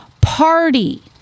party